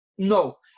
No